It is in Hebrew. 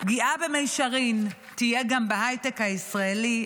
הפגיעה במישרין תהיה גם בהייטק הישראלי,